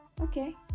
Okay